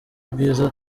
byiza